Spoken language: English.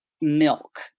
milk